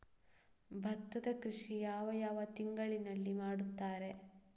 ಭತ್ತದ ಕೃಷಿ ಯಾವ ಯಾವ ತಿಂಗಳಿನಲ್ಲಿ ಮಾಡುತ್ತಾರೆ?